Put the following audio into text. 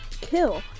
kill